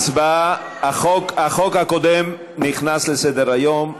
החוק הקודם נכנס לסדר-היום.